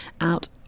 out